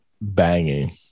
banging